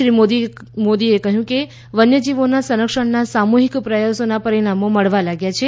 શ્રી મોદીએ કહ્યું કે વન્ય જીવોના સંરક્ષણના સામૂહિક પ્રયાસોના પરિણામો મળવા લાગ્યા છે